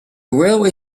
railway